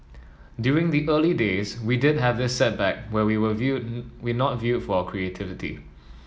during the early days we did have this setback where we were viewed we not viewed for our creativity